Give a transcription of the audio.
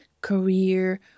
career